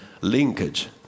linkage